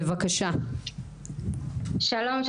שלום.